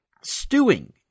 stewing